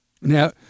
Now